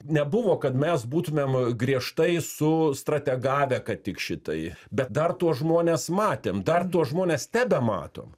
nebuvo kad mes būtumėm griežtai su strategavę kad tik šitai bet dar tuos žmones matėm dar tuos žmones tebematom